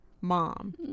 Mom